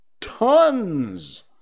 Tons